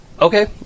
Okay